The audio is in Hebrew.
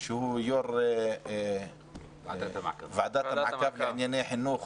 שהוא יושב ראש ועדת המעקב לענייני חינוך